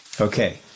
Okay